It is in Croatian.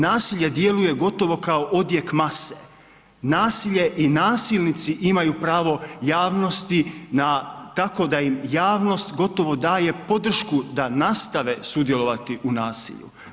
Nasilje djeluje gotovo kao odjek mase, nasilje i nasilnici imaju pravo javnosti tako da im javnost gotovo daje podršku da nastave sudjelovati u nasilju.